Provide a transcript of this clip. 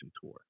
tour